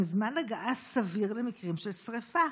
עם זמן הגעה סביר למקרים של שרפה?